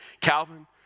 Calvin